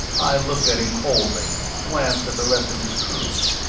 i looked at him coldly, glanced at the rest of his crew.